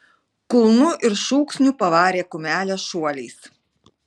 kulnu ir šūksniu pavarė kumelę šuoliais